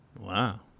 Wow